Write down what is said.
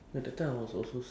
oh no wonder